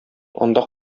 анда